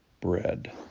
bread